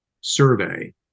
survey